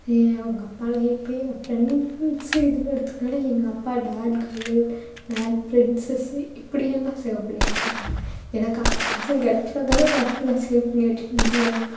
ஏன் உங்கள் அப்பாலாம் எப்பயோ என் ஃப்ரெண்ட்ஸ் இதில் எடுத்துகிட்டால் எங்கள் அப்பா டாட் கேர்ளு டாட் பிரின்சஸ்ஸு இப்படியே தான் சேவ் பண்ணி வெச்சுருப்பாங்க எனக்கு அந்த பாசம் கெடைச்சா தானே நான் அப்படிலாம் சேவ் பண்ணி வெச்சுக்க முடியும்